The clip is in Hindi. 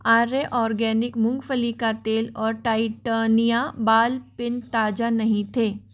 आर्य ऑर्गेनिक मूँगफली का तेल और टाइटानिया बाल पिन ताज़ा नहीं थे